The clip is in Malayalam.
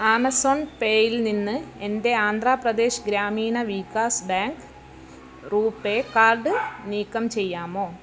ആമസോൺ പേ ഇൽ നിന്ന് എൻ്റെ Andhra Pradesh Grameena Vikas bank RuPay card നീക്കം ചെയ്യാമോ